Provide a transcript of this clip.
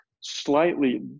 slightly